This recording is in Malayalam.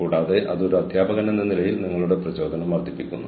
ഉൽപ്പന്നം അല്ലെങ്കിൽ സേവന നിലവാരം വർദ്ധിപ്പിക്കുക